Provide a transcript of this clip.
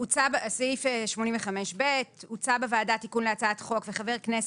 סעיף 85(ב) - הוצע בוועדה תיקון להצעת חוק וחבר כנסת,